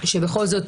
שבכל זאת